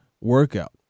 workout